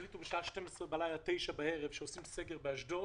החליטו בשעה 12 בלילה או 9 בערב שעושים סגר באשדוד,